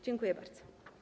Dziękuję bardzo.